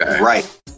right